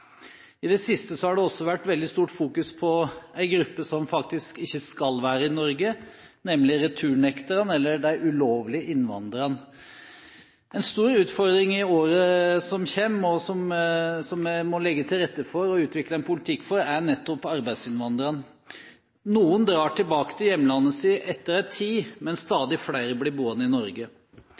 I det siste har det også vært veldig stort fokus på en gruppe som faktisk ikke skal være i Norge, nemlig returnekterne – eller de ulovlige innvandrerne. En stor utfordring i årene som kommer, og som vi må legge til rette for og utvikle en politikk for, er nettopp arbeidsinnvandrerne. Noen drar tilbake til hjemlandet etter en tid, men stadig flere blir boende i Norge.